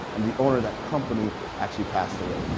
and the owner of that company actually passed away.